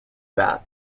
that